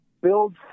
build